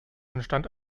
entstand